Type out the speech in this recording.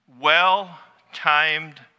well-timed